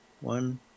one